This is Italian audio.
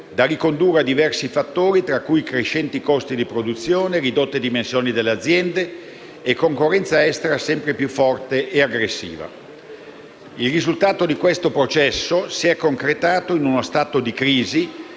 da ricondurre a diversi fattori, tra cui i crescenti costi di produzione, le ridotte dimensioni delle aziende e la concorrenza estera sempre più forte e aggressiva. Il risultato di tale processo si è concretato in uno stato di crisi